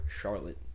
Charlotte